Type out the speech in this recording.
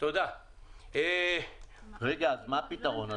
מה הפתרון?